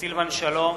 סילבן שלום